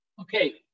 Okay